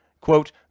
Quote